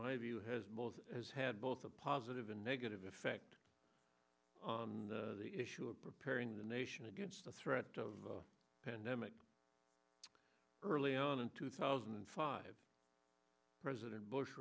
my view has had both a positive and negative effect on the issue of preparing the nation against the threat of pandemic early on in two thousand and five president bush